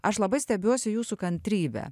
aš labai stebiuosi jūsų kantrybe